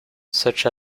such